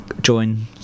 join